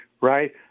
Right